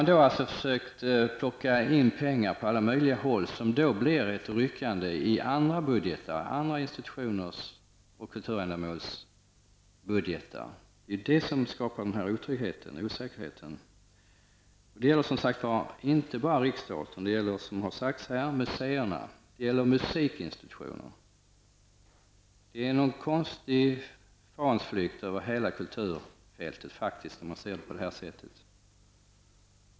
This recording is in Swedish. Sedan har man försökt plocka in pengar på alla möjliga håll, vilket innebär ett ryckande i andra institutioners och kulturändamåls budgetar. Det är detta som skapar denna otrygghet och osäkerhet. Det gäller inte bara Riksteatern utan även, som har sagts här, museerna och musikinstitutionerna. Det är faktiskt någon konstig fanflykt över hela kulturfältet när man ser det på detta sätt.